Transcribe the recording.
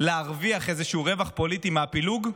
להרוויח איזשהו רווח פוליטי מהפילוג,